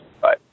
Bye